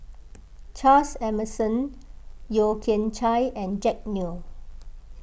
Charles Emmerson Yeo Kian Chai and Jack Neo